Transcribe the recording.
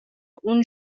اون